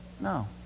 No